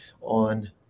on